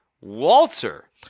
walter